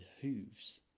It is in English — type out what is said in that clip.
hooves